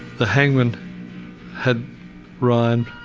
the hangman had ryan,